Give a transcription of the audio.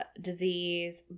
Disease